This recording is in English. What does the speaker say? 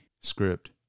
script